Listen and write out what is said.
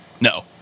No